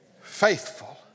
faithful